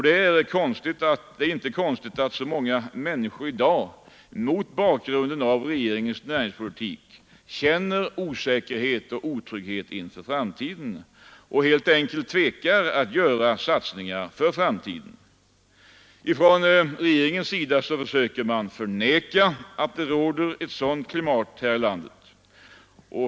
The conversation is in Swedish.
Det är inte konstigt att så många människor i dag, mot bakgrund av regeringens näringspolitik, känner osäkerhet och otrygghet inför framtiden och helt enkelt tvekar att göra satsningar på framtiden. Regeringen försöker förneka att det råder ett sådant klimat här i landet.